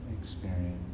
experience